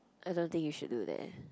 I don't think you should do that